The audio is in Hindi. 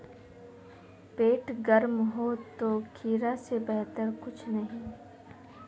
पेट गर्म हो तो खीरा से बेहतर कुछ नहीं